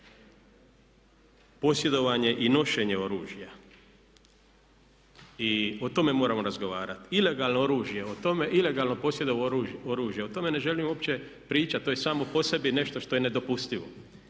posjedovanje i nošenje oružja i o tome moramo razgovarati. Ilegalno oružje o tome, ilegalno posjedovanje oružja o tome ne želim uopće pričati to je samo po sebi nešto što je nedopustivo,